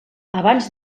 abans